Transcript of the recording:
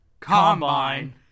Combine